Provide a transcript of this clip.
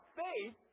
faith